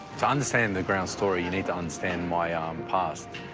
to understand the ground story you need to understand my um past.